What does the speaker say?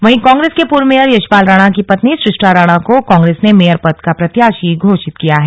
वहीं कांग्रेस के पूर्व मेयर यशपाल राणा की पत्नी सूष्टा राणा को कांग्रेस ने मेयर पद का प्रत्याशी घोषित किया है